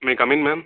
may I come in ma'am